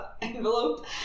envelope